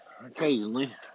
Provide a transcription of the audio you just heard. Occasionally